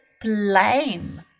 blame